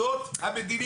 זאת המדיניות.